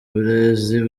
uburezi